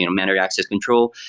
and um and access control.